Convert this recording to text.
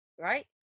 right